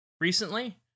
recently